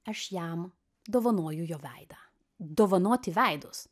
aš jam dovanoju jo veidą dovanoti veidus